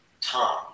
Tom